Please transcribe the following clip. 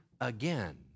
again